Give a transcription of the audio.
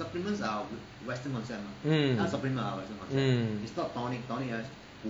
mm mm